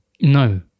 No